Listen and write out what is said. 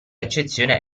eccezione